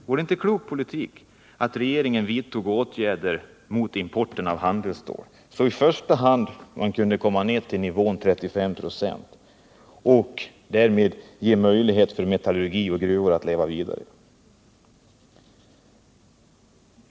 Vore det inte en klok politik av regeringen att vidta åtgärder mot importen av handelsstål, så att den i första hand kunde komma ned till nivån 35 96, och därmed ge möjlighet för metallurgi och gruvor att leva vidare? 3.